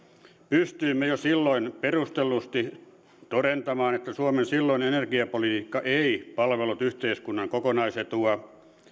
pystyimme jo silloin perustellusti todentamaan että suomen silloinen energiapolitiikka ei palvellut yhteiskunnan kokonaisetua